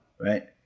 Right